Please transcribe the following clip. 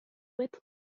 wet